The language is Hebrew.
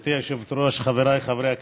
גברתי היושבת-ראש, חבריי חברי הכנסת,